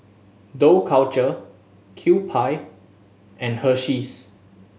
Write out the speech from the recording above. Dough Culture Kewpie and Hersheys